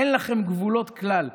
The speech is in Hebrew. אין לכם גבולות כלל.